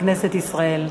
לכנסת ישראל.